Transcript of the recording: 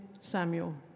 Samuel